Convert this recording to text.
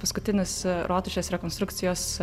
paskutinis rotušės rekonstrukcijos